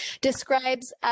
describes